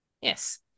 Yes